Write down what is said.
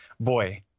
boy